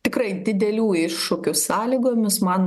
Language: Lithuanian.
tikrai didelių iššūkių sąlygomis man